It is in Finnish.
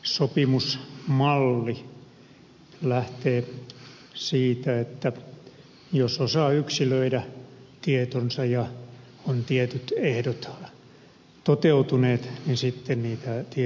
tämä sopimusmalli lähtee siitä että jos osaa yksilöidä tietonsa ja ovat tietyt ehdot toteutuneet niin sitten niitä tietoja saa